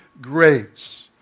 grace